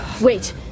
Wait